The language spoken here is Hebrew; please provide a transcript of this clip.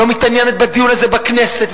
לא מתעניינת בדיון הזה בכנסת,